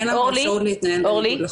אפשרות להתנהל בניגוד לחוק.